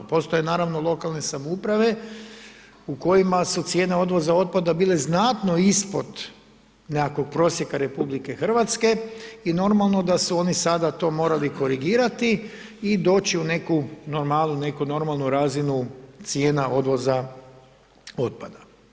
Postoje naravno lokalne samouprave, u kojima su cijene odvoza otpada bile znatno ispod nekakvog prosjeka RH i normalno da su oni sada to morali korigirati i doći u neku normalu, neku normalnu razliku cijenu odvoza otpada.